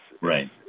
right